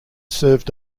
served